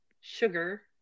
sugar